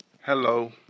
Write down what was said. Hello